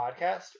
podcast